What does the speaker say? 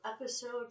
episodes